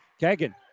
Kagan